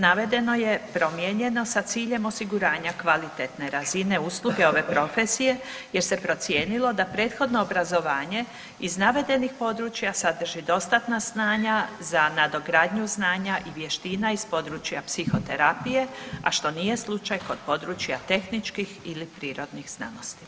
Navedeno je promijenjeno sa ciljem osiguranja kvalitetne razine usluge ove profesije jer se procijenilo da prethodno obrazovanje iz navedenih područja sadrži dostatna znanja za nadogradnju znanja i vještina iz područja psihoterapije, a što nije slučaj kod područja tehničkih ili prirodnih znanosti.